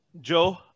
Joe